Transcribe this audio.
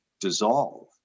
dissolve